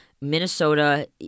Minnesota